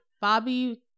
bobby